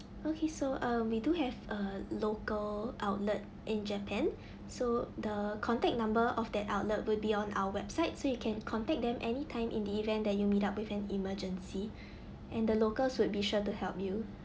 okay so uh we do have a local outlet in japan so the contact number of that outlet will be on our website so you can contact them anytime in the event that you meet up with an emergency and the locals will be sure to help you